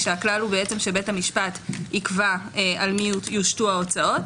הכלל הוא שבית המשפט יקבע על מי יושתו ההוצאות.